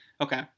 Okay